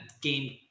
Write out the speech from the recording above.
game